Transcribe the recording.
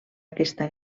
aquesta